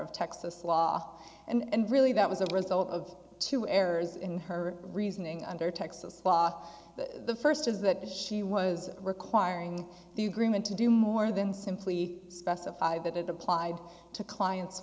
of texas law and really that was a result of two errors in her reasoning under texas law the first is that she was requiring the agreement to do more than simply specify that it applied to clients